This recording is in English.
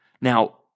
Now